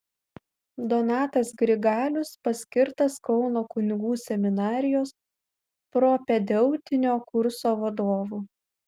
donatas grigalius paskirtas kauno kunigų seminarijos propedeutinio kurso vadovu